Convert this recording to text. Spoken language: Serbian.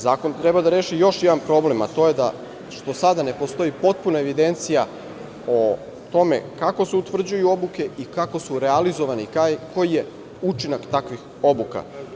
Zakon treba da reši još jedan problem, a to je da što sada ne postoji potpuna evidencija o tome kako se utvrđuju obuke i kako su realizovane, koji je učinak takvih obuka.